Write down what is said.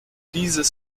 dieses